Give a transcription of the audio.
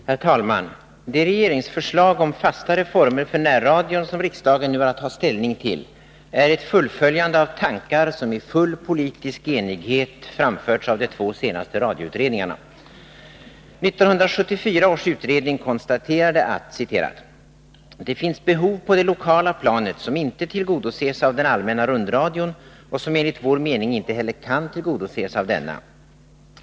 Herr talman! Det regeringsförslag om fastare former för närradion som riksdagen nu har att ta ställning till är ett fullföljande av tankar som i full politisk enighet framförts av de två senaste radioutredningarna. 1974 års utredning konstaterade att ”det finns behov på det lokala planet som inte tillgodoses av den allmänna rundradion och som enligt vår mening inte heller kan tillgodoses av denna.